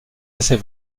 assez